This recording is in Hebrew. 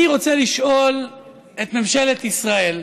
אני רוצה לשאול את ממשלת ישראל,